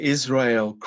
Israel